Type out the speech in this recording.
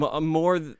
more